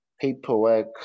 paperwork